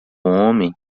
homem